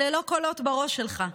אלה לא קולות בראש שלך,